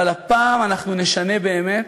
אבל הפעם אנחנו נשנה באמת.